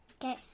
Okay